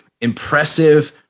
impressive